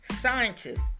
Scientists